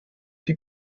die